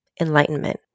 enlightenment